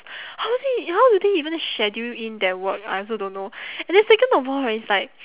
how they how do they even schedule in their work I also don't know and then second of all right it's like